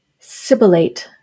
Sibilate